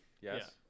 Yes